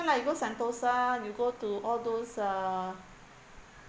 lah you go sentosa you go to all those uh